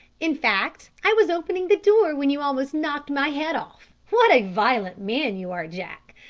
in fact i was opening the door when you almost knocked my head off. what a violent man you are, jack!